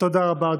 תודה רבה,